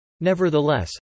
Nevertheless